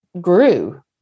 grew